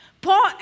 Paul